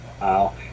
Wow